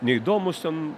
neįdomūs ten